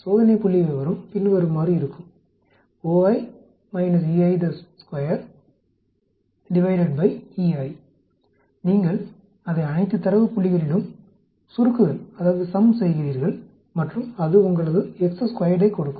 சோதனை புள்ளிவிவரம் பின்வருமாறு இருக்கும் நீங்கள் அதை அனைத்து தரவு புள்ளிகளிலும் சுருக்குதல் செய்கிறீர்கள் மற்றும் அது உங்களது வைக் கொடுக்கும்